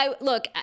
look